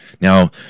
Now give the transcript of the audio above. Now